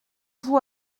vous